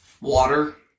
water